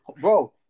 bro